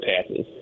passes